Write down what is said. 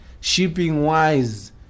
shipping-wise